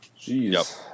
Jeez